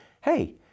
hey